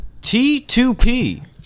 T2P